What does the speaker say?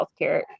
healthcare